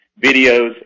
videos